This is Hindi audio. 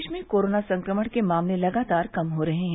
प्रदेश में कोरोना संक्रमण के मामले लगातार कम हो रहे हैं